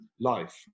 life